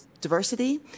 diversity